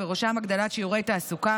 ובראשם הגדלת שיעורי התעסוקה